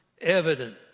evident